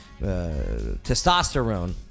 testosterone